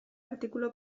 artikulu